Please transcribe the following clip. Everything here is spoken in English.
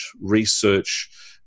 research